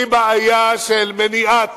היא בעיה של מניעת